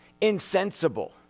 insensible